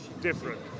different